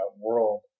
World